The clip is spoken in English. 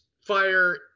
fire